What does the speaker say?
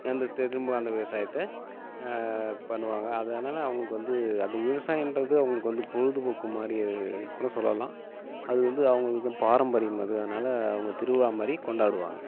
அந்த தி திரும்ப அந்த விவசாயத்தை பண்ணுவாங்கள் அதனால் அவங்களுக்கு வந்து அந்த விவசாயன்றது அவங்களுக்கு வந்து பொழுதுபோக்கு மாதிரி அது கூட சொல்லலாம் அது வந்து அவங்களுக்கு பாரம்பரியம் அது அதனால் அவங்க திருவிழா மாதிரி கொண்டாடுவாங்கள்